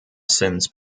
since